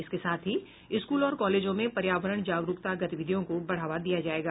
इसके साथ ही स्कूल और कॉलेजों में पर्यावरण जागरूकता गतिविधियों को बढ़ावा दिया जायेगा